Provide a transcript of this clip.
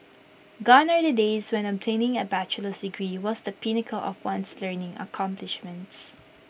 gone are the days when obtaining A bachelor's degree was the pinnacle of one's learning accomplishments